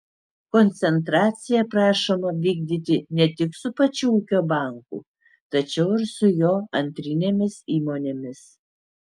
koncentracija prašoma vykdyti ne tik su pačiu ūkio banku tačiau ir su jo antrinėmis įmonėmis